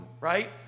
right